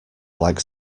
like